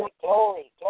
glory